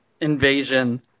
invasion